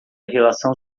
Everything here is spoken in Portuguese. relação